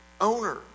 owner